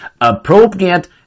appropriate